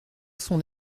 son